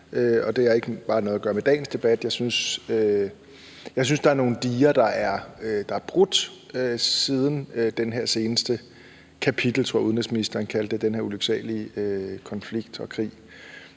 det har ikke bare noget at gøre med dagens debat; jeg synes, der er nogle diger, der er brudt siden det her seneste kapitel, tror jeg udenrigsministeren kaldte det, i den her ulyksalige konflikt og krig.